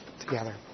together